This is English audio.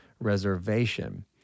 reservation